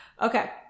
Okay